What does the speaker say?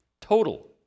total